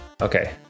Okay